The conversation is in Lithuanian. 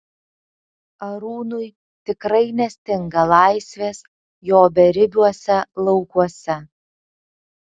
arūnui tikrai nestinga laisvės jo beribiuose laukuose